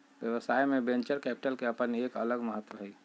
व्यवसाय में venture capital के अपन एक अलग महत्व हई